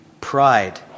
pride